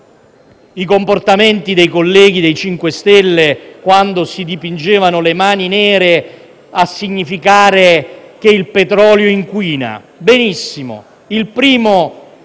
i comportamenti dei colleghi del MoVimento 5 Stelle, quando si dipingevano le mani nere a significare che il petrolio inquina. Benissimo: